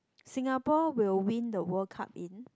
Singapore will win the World Cup in